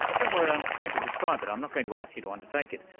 don't worry, i'm going to describe it, i'm not going to ask you to undertake it.